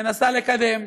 מנסה לקדם,